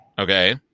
Okay